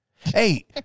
Hey